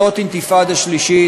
זאת אינתיפאדה שלישית,